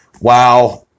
WoW